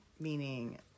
meaning